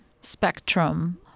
spectrum